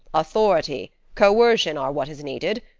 authority, coercion are what is needed.